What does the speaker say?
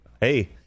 hey